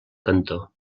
cantó